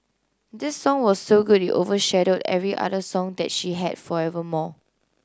this song was so good it overshadowed every other song that she had forevermore